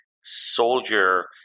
soldier